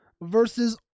versus